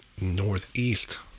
Northeast